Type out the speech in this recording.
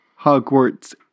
Hogwarts